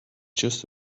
just